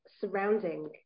surrounding